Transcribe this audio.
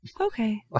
Okay